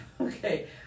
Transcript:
Okay